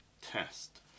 test